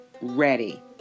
ready